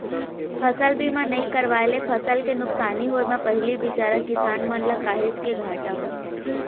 फसल बीमा नइ करवाए ले फसल के नुकसानी होय म पहिली बिचारा किसान मन ल काहेच के घाटा होय